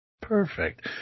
Perfect